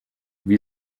wie